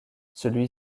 celui